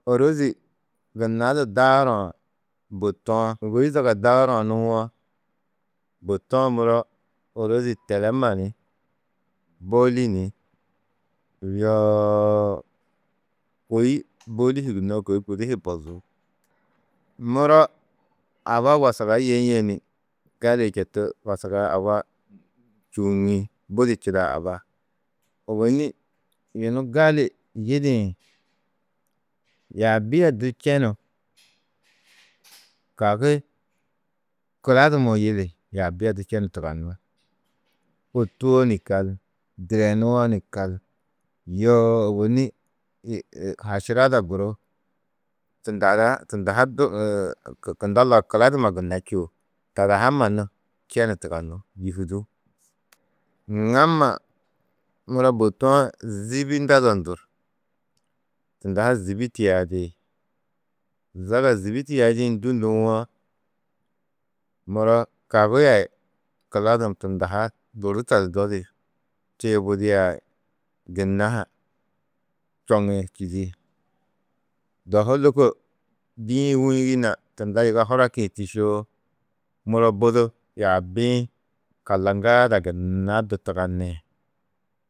Ôrozi gunna daarã, bôtu-ã, nûgoi zaga daarã nuwo: Bôtu-ã muro ôrozi telema ni bôli ni yoo kôi bôli gunnoo, kôi gudi hi bozú. Muro aba wasaga yeîe muro gali di wasga aba čûuŋi budi čidaa aba, ôwonni yunu gali yidĩ: yaabi du čenu kagi kuladumuu yili yaabi a di čenu tuganú. Ôtuo ni kal, direnuuu ni kal, yoo ôwonni haširada guru tunda lau kuladuma gunna čûo, tada ha mannu čenu yûhudú. Ŋamma muro bôtu-ã zîbi ndado ndur, tunda ha zîbi tiyaadi. Zaga zîbi tiyaadĩ ndû nduwo: Muro kagi a kuladum tunda ha durutadurdodi tuyubudia gunna ha čoŋi čîdi. Dohu lôko bî-ĩ wûnigi na tunda yiga huraki-ĩ tîšoo, muro bu du yaabi-ĩ kalaŋgaa ada gunna du tugani.